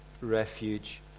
refuge